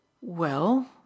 Well